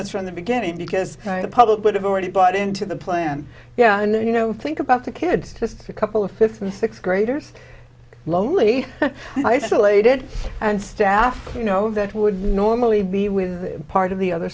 this from the beginning because the public would have already bought into the plan yeah and then you know think about the kids just a couple of fifth or sixth graders lonely isolated and staff you know that would normally be with part of the other